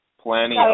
Plenty